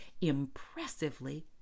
impressively